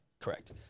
Correct